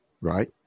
right